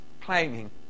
claiming